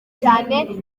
cyane